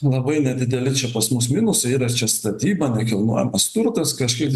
labai nedideli čia pas mus minusai yra čia statyba nekilnojamas turtas kažkaip